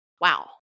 Wow